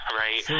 right